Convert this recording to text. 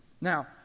Now